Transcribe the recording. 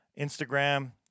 Instagram